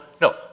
no